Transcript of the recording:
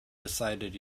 decided